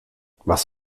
was